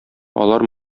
алар